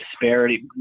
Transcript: disparity